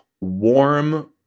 warm